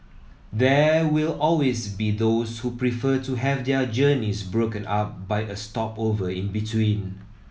there will always be those who prefer to have their journeys broken up by a stopover in between